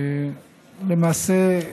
למעשה,